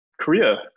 Korea